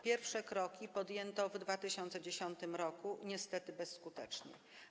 Pierwsze kroki podjęto w 2010 r., niestety bezskutecznie.